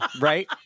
right